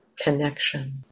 connection